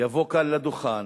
יבוא כאן לדוכן